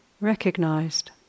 recognized